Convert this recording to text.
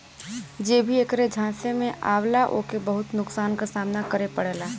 जे भी ऐकरे झांसे में आवला ओके बहुत नुकसान क सामना करे के पड़ेला